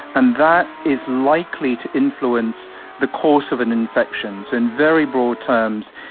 and that is likely to influence the course of an infection. so in very broad terms,